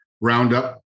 roundup